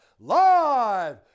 live